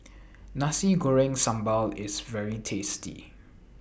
Nasi Goreng Sambal IS very tasty